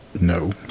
No